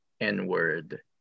n-word